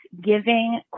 giving